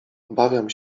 obawiał